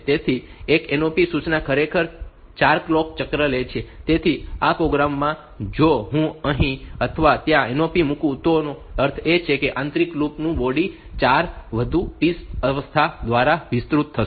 તેથી એક NOP સૂચના ખરેખર 4 કલોક ચક્ર લે છે તેથી આ પ્રોગ્રામમાં જો હું અહીં અથવા ત્યાં NOP મૂકું તો તેનો અર્થ એ છે કે આંતરિક લૂપ નું બોડી 4 વધુ T અવસ્થાઓ દ્વારા વિસ્તૃત થશે